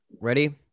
ready